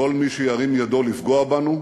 כל מי שירים ידו לפגוע בנו,